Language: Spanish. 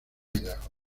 idaho